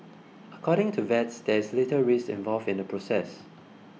according to vets there is little risk involved in the process